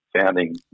founding